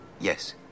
yes